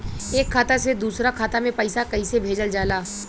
एक खाता से दूसरा खाता में पैसा कइसे भेजल जाला?